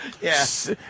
Yes